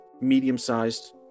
medium-sized